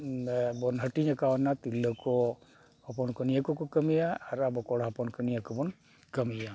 ᱵᱚᱱ ᱦᱟᱹᱴᱤᱧ ᱠᱟᱣᱱᱟ ᱛᱤᱨᱞᱟᱹ ᱠᱚ ᱦᱚᱯᱚᱱ ᱠᱚ ᱱᱤᱭᱟᱹ ᱠᱚ ᱠᱚ ᱠᱟᱹᱢᱤᱭᱟ ᱟᱨ ᱟᱵᱚ ᱠᱚᱲᱟ ᱦᱚᱯᱚᱱ ᱠᱚ ᱱᱤᱭᱟᱹ ᱠᱚᱵᱚᱱ ᱠᱟᱹᱢᱤᱭᱟ